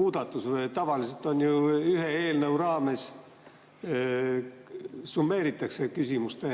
muudatus? Tavaliselt ju ühe eelnõu raames summeeritakse küsimuste